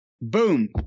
Boom